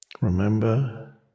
Remember